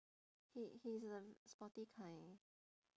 he he's a sporty kind